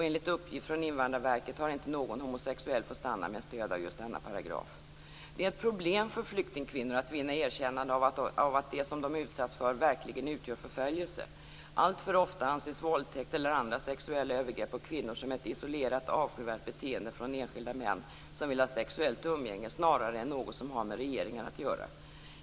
Enligt uppgift från Invandrarverket har inte någon homosexuell fått stanna med stöd av just denna paragraf. Det är ett problem för flyktingkvinnor att vinna erkännande av att det som de utsatts för verkligen utgör förföljelse. Alltför ofta anses våldtäkt eller andra sexuella övergrepp på kvinnor vara ett isolerat avskyvärt beteende från enskilda män som vill ha sexuellt umgänge snarare än något som har med regeringar att göra.